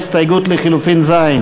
ההסתייגות לחלופין (ז)